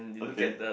okay